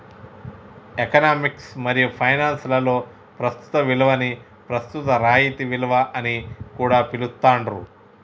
economics మరియు finance లలో ప్రస్తుత విలువని ప్రస్తుత రాయితీ విలువ అని కూడా పిలుత్తాండ్రు